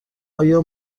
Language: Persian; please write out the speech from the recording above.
آیا